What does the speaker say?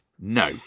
No